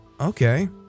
okay